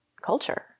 culture